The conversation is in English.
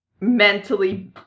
mentally